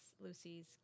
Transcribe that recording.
Lucy's